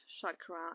chakra